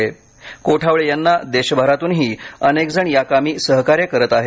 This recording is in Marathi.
आता कोठावळे यांना देशभरातूनही अनेकजण सहकार्य करत आहेत